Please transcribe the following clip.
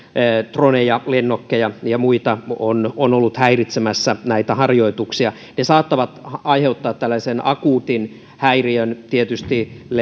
droneja lennokkeja ja muita on on ollut häiritsemässä näitä harjoituksia ne saattavat aiheuttaa tällaisen akuutin häiriön tietysti